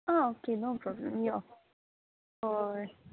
आं okay no problem यो हय